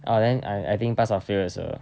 oh then I I think pass or fail also